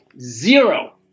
zero